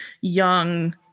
young